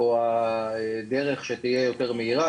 או הדרך שתהיה יותר מהירה,